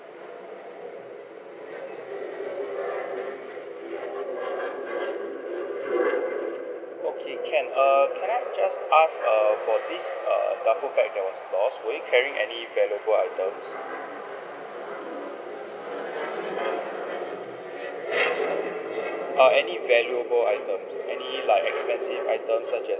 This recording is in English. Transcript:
okay can err can I just ask uh for this err duffel bag that was lost were you carrying any valuable items uh any valuable items any like expensive items such as